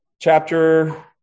Chapter